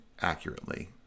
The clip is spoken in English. accurately